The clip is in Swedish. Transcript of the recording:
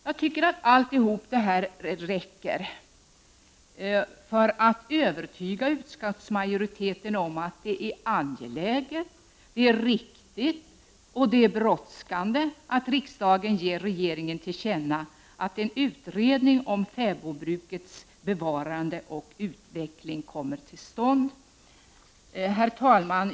Jag tycker att allt detta räcker för att övertyga utskottsmajoriteten om att det är angeläget, riktigt och brådskande att riksdagen ger regeringen till känna att en utredning om fäbodbrukets bevarande och utveckling kommer till stånd. Herr talman!